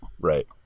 Right